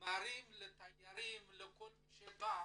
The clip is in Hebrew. ומראים לתיירים, לכל מי שבא